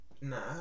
Nah